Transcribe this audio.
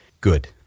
good